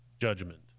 judgment